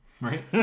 right